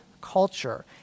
culture